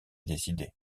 décidé